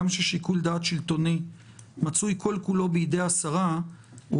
גם כששיקול דעת שלטוני מצוי כל כולו בידי השרה הוא